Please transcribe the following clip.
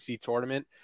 tournament